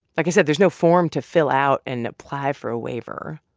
like i said, there's no form to fill out and apply for a waiver.